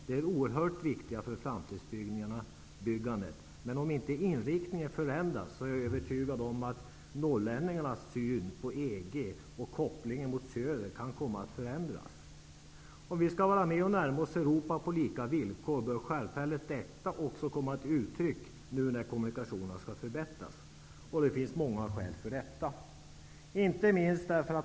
De är oerhört viktiga för framtidsbyggandet, men om inte inriktningen förändras, är jag övertygad om att norrlänningarnas syn på EG och kopplingen mot söder kan komma att förändras. Om vi skall vara med och närma oss Europa på lika villkor, bör självfallet detta också komma till uttryck nu när kommunikationerna skall förbättras. Det finns många skäl för detta.